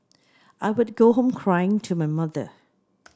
I would go home cry to my mother